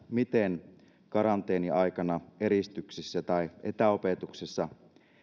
miten karanteeniaikana eristyksissä tai etäopetuksessa